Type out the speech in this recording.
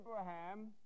Abraham